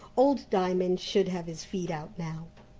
old diamond should have his feed out now.